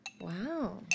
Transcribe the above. wow